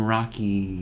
Rocky